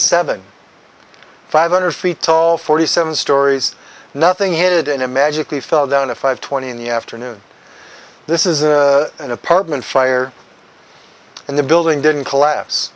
seven five hundred feet tall forty seven stories nothing had in a magically fell down a five twenty in the afternoon this is an apartment fire and the building didn't collapse